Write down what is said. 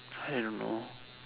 I don't know